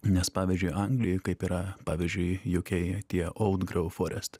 nes pavyzdžiui anglijoj kaip yra pavyzdžiui jukei tie audgrau forest